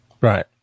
Right